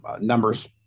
numbers